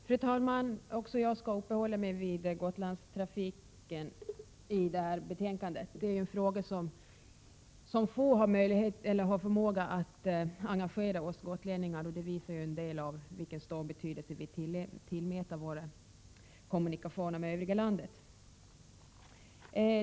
Fru talman! Också jag skall uppehålla mig vid Gotlandstrafiken. Det är få frågor som så engagerar oss gotlänningar, och det visar hur stor betydelse vi tillmäter våra kommunikationer med övriga landet.